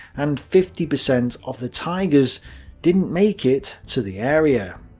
and fifty percent of the tigers didn't make it to the area.